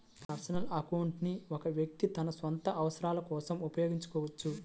personal account ని ఒక వ్యక్తి తన సొంత అవసరాల కోసం ఉపయోగించుకోవచ్చు